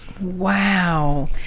Wow